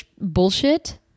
bullshit